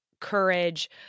courage